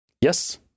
yes